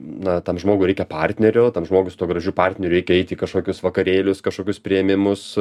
na tam žmogui reikia partnerio o tam žmogui su tuo gražiu partneriu reikia eit į kažkokius vakarėlius kažkokius priėmimus